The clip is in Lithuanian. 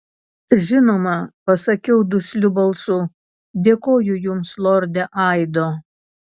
žinoma pasakiau dusliu balsu dėkoju jums lorde aido